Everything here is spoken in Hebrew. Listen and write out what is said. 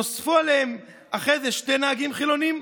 נוספו עליהם אחרי זה שני נהגים חילונים,